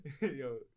Yo